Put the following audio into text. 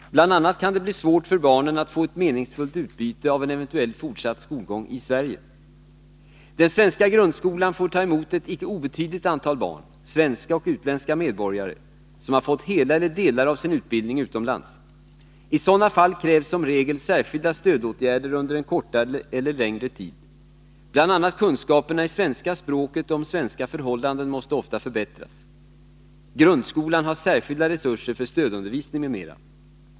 Bl.a. kan det bli svårt för barnen att få ett meningsfullt utbyte av en eventuell fortsatt skolgång i Sverige. Den svenska grundskolan får ta emot ett icke obetydligt antal barn — svenska och utländska medborgare — som har fått hela eller delar av sin utbildning utomlands. I sådana fall krävs som regel särskilda stödåtgärder under en kortare eller längre tid. Bl. a. kunskaperna i svenska språket och om svenska förhållanden måste ofta förbättras. Grundskolan har särskilda resurser för stödundervisning m.m.